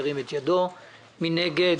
מי נגד?